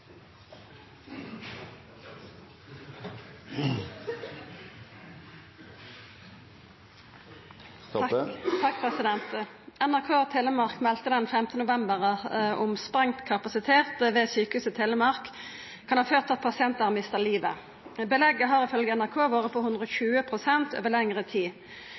NRK Telemark melde den 5. november om at sprengd kapasitet ved Sjukehuset Telemark kan ha ført til at pasientar har mista livet. Belegget har ifølgje NRK vore på 120 pst. over lengre tid.